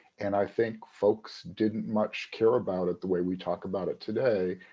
and i think folks didn't much care about it the way we talk about it today.